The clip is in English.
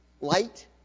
light